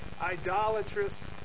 idolatrous